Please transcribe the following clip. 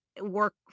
Work